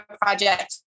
project